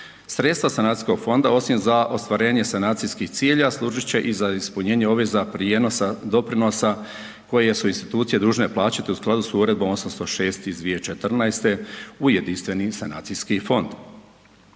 Sredstva sanacijskog fonda osim za ostvarenje sanacijskih ciljeva služit će i za ispunjenje obveza prijenosa doprinosa koje su institucije dužne plaćati u skladu s Uredbom 806 iz 2014. u jedinstveni sanacijski fond.